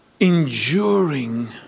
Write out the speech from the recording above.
enduring